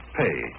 pay